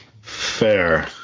Fair